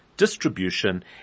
distribution